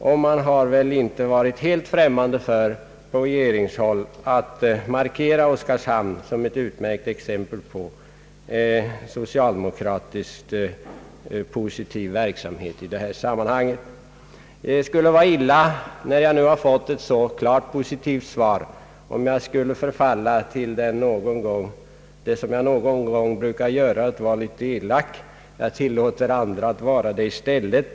Man har väl inte heller på regeringshåll varit helt främmande för att markera fallet Oskarshamn som ett utmärkt exempel på positiv socialdemokratisk verksamhet i detta samman Det skulle vara illa om jag nu, när jag har fått ett så klart positivt svar, såsom jag någon gång brukar kunna göra förföll till att vara något elak. Jag tillåter andra att vara det i stället.